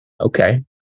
okay